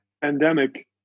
pandemic